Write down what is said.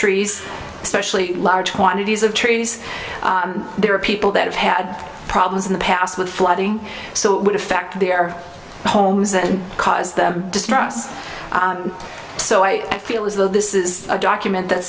trees especially large quantities of trees there are people that have had problems in the past with flooding so it would affect the our homes and cause them distress so i feel as though this is a document that